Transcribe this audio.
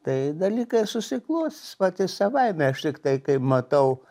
tai dalykai susiklostys patys savaime aš tiktai kaip matau